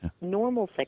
normal